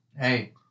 Hey